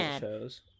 shows